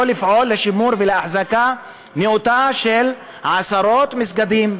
לפעול לשימור ולאחזקה נאותה של עשרות מסגדים,